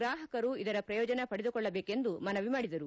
ಗಾಹಕರು ಇದರ ಪ್ರಯೋಜನ ಪಡೆದುಕೊಳ್ಳಬೇಕೆಂದು ಮನವಿ ಮಾಡಿದರು